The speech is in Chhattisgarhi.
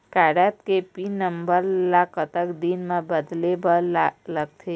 कारड के पिन नंबर ला कतक दिन म बदले बर लगथे?